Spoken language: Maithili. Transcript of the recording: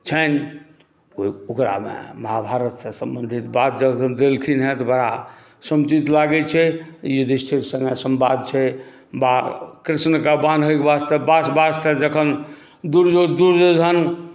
छनि ओकरामे महाभारतसँ सम्बन्धित बात जरूर देलखिन हेँ तऽ बड़ा समुचित लागैत छै युधिष्ठिर सङ्गे सम्वाद छै वा कृष्णकेँ बान्हैके वास्ते गाछ तर जखन दुर्योधन